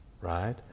right